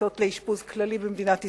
מיטות לאשפוז כללי במדינת ישראל.